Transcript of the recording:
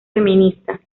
feminista